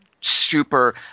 super